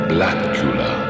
Blackula